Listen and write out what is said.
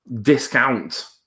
discount